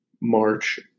March